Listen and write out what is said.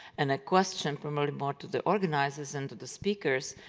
and a question promoted more to the organizers and to the speakers,